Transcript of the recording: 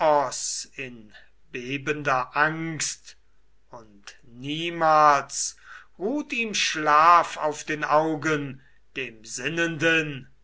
in bebender angst und niemals ruht ihm schlaf auf den augen dem sinnenden